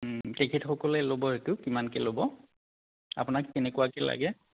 তেখেতসকলে ল'ব এইটো কিমানকৈ ল'ব আপোনাক কেনেকুৱাকৈ লাগে